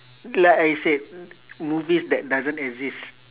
like I said movies that doesn't exist